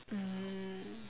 mm